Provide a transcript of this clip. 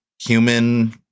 human